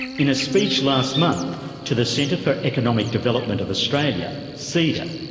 in a speech last month to the centre for economic development of australia, ceda,